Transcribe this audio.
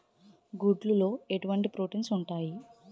గుడ్లు లో ఎటువంటి ప్రోటీన్స్ ఉంటాయి?